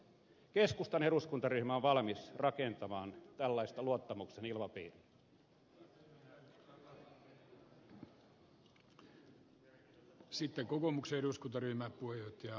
keskustan eduskuntaryhmä on valmis rakentamaan tällaista luottamuksen ilmapiiriä